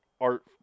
art